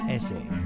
Essay